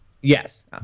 Yes